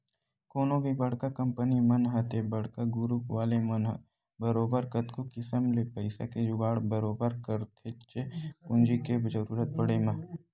कोनो भी बड़का कंपनी मन ह ते बड़का गुरूप वाले मन ह बरोबर कतको किसम ले पइसा के जुगाड़ बरोबर करथेच्चे पूंजी के जरुरत पड़े म